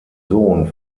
sohn